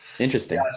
interesting